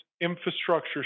infrastructure